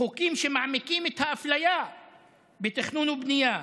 חוקים שמעמיקים את האפליה בתכנון ובנייה,